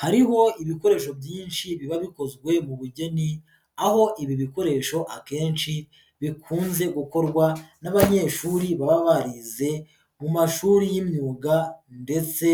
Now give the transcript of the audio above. Hariho ibikoresho byinshi biba bikozwe mu bugeni, aho ibi bikoresho akenshi bikunze gukorwa n'abanyeshuri baba barize mu mashuri y'imyuga, ndetse